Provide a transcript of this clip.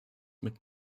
mit